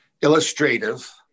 illustrative